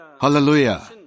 Hallelujah